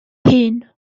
hun